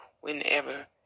whenever